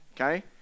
okay